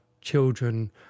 children